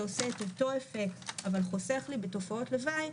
שעושה אותו אפקט אבל חוסך בתופעות לוואי,